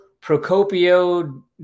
Procopio